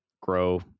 grow